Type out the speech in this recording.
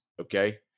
Okay